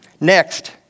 Next